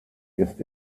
ist